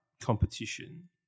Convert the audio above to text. competition